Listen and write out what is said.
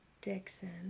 Dixon